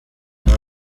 aba